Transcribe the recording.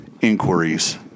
inquiries